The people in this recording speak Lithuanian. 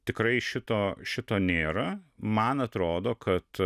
tikrai šito šito nėra man atrodo kad